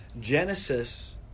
Genesis